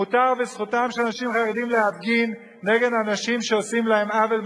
מותר וזכותם של אנשים חרדים להפגין נגד אנשים שעושים להם עוול,